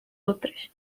outras